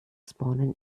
spawnen